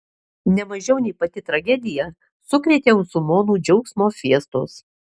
ne mažiau nei pati tragedija sukrėtė musulmonų džiaugsmo fiestos